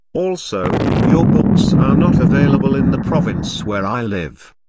also, your books are not available in the province where i live.